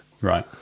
Right